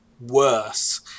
worse